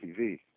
TV